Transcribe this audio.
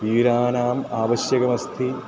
वीराणाम् आवश्यकमस्ति